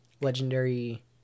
Legendary